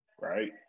Right